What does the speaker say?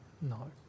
No